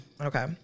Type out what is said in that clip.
okay